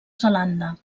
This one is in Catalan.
zelanda